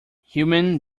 human